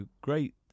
great